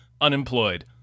unemployed